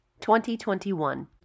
2021